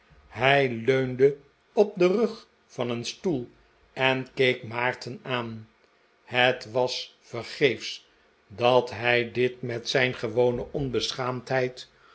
hij leunde op den rug van een stoel en keek maarten aan het was vergeefs dat hij dit met zijn gewone onbeschaamdheid